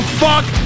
fuck